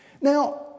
Now